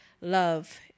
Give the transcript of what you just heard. Love